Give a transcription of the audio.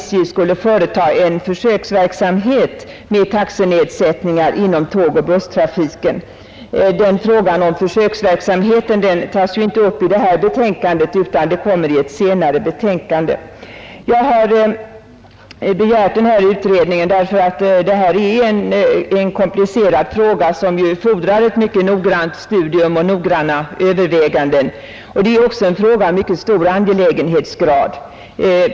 SJ skulle genomföra en försöksverksamhet med taxenedsättningar inom Regionalt transporttågoch busstrafiken, men frågan om denna försöksverksamhet tas ju inte stöd upp i det här betänkandet utan kommer att behandlas i ett senare betänkande. Jag har begärt denna utredning därför att det här gäller en komplicerad fråga som fordrar ett noggrant studium och noggranna överväganden. Det är också en fråga av mycket stor angelägenhetsgrad.